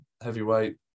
heavyweight